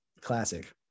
Classic